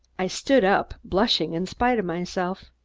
i stood up, blushing in spite of myself.